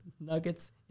Nuggets